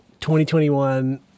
2021